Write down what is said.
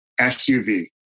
SUV